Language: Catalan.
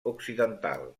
occidental